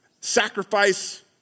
sacrifice